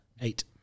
eight